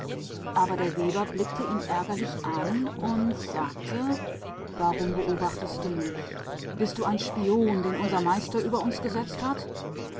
zu der weber aber sah böse zu ihm auf und sagte was siehst du mir zu bist du ein späher der von unserem herrn über uns gesetzt ist